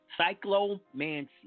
Cyclomancy